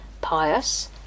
pious